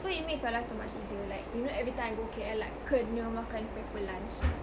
so it makes my life so much easier like you know every time I go K_L like kena makan pepper lunch